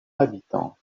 habitants